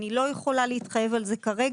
אני לא יכולה להתחייב על זה כרגע,